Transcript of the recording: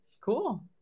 Cool